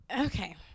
Okay